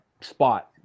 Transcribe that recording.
spot